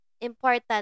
important